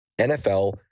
NFL